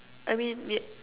I mean